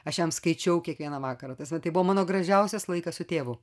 aš jam skaičiau kiekvieną vakarą ta prasme tai buvo mano gražiausias laikas su tėvu